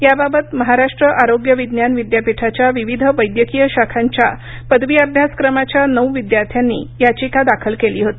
याबाबत महाराष्ट्र आरोग्य विज्ञान विद्यापीठाच्या विविध वैद्यकीय शाखांच्या पदवी अभ्यासक्रमाच्या नऊ विद्यार्थ्यांनी याचिका दाखल केली होती